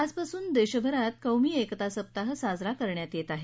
आजपासून देशभरात कौमी एकता सप्ताह साजरा करण्यात येणार आहे